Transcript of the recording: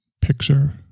picture